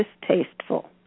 distasteful